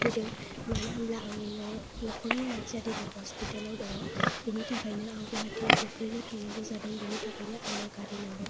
फैदों मानो होनब्ला आंनि मानो होनबा आंनि न' न' न'खरनि मानसिआ हस्पिटेलाव दङ' बिनि थाखायनो आं गुवाहाटीयाव गोख्रैनो थांनांगौ जादों बेनि थाखायनो आंनो गारि नांगौ